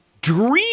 dream